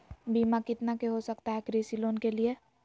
बीमा कितना के हो सकता है कृषि लोन के लिए?